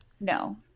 No